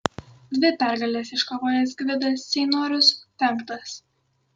dvi pergales iškovojęs gvidas ceinorius penktas